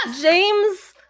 James